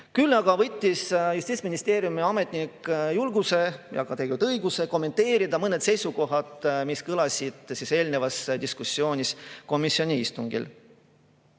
Küll võttis Justiitsministeeriumi ametnik julguse ja õiguse kommenteerida mõningaid seisukohti, mis kõlasid eelnevas diskussioonis komisjoni istungil.